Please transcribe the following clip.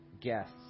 guests